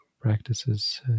practices